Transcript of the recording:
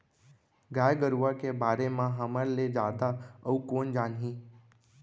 गाय गरूवा के बारे म हमर ले जादा अउ कोन जानही